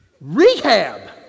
Rehab